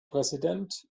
präsident